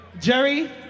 Jerry